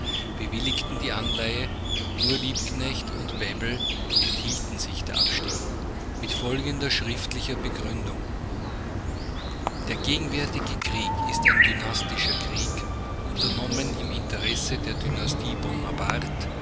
bewilligten die anleihe nur liebknecht und bebel enthielten sich der abstimmung mit folgender schriftlicher begründung der gegenwärtige krieg ist ein dynastischer krieg unternommen im interesse der dynastie